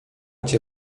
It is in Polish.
cię